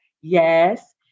Yes